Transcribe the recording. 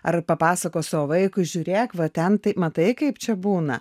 ar papasakos savo vaikui žiūrėk va ten tai matai kaip čia būna